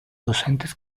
docentes